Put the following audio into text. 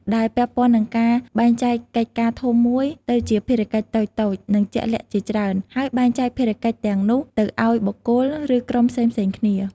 ដែលពាក់ព័ន្ធនឹងការបែងចែកកិច្ចការធំមួយទៅជាភារកិច្ចតូចៗ និងជាក់លាក់ជាច្រើន ហើយបែងចែកភារកិច្ចទាំងនោះទៅឱ្យបុគ្គល ឬក្រុមផ្សេងៗគ្នា។